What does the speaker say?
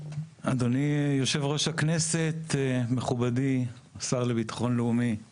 אדוני יושב-ראש הכנסת, מכובדי השר לביטחון לאומי;